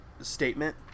statement